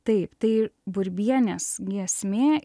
taip tai burbienės giesmė